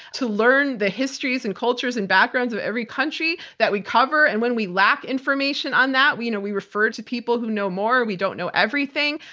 to learn the histories and cultures and backgrounds of every country that we cover, and when we lack information on that, we you know we refer to people who know more. we don't know everything.